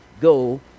Go